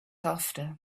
after